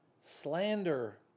slander